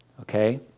okay